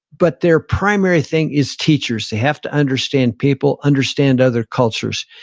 but their primary thing is teachers. they have to understand people, understand other cultures,